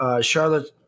Charlotte